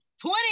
twenty